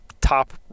top